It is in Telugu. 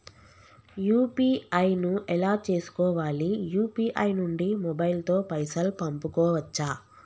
యూ.పీ.ఐ ను ఎలా చేస్కోవాలి యూ.పీ.ఐ నుండి మొబైల్ తో పైసల్ పంపుకోవచ్చా?